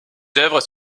œuvres